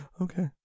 Okay